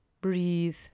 breathe